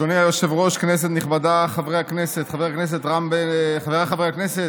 אדוני היושב-ראש, כנסת נכבדה, חבריי חברי הכנסת,